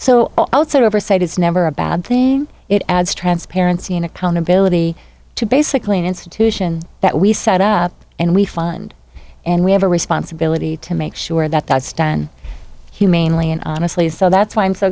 outside oversight is never a bad thing it adds transparency and accountability to basically an institution that we set up and we fund and we have a responsibility to make sure that that's done humanely and honestly so that's why i'm so